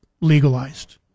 legalized